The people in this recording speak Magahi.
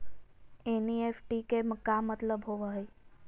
एन.ई.एफ.टी के का मतलव होव हई?